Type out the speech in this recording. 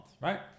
right